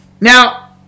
Now